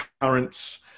currents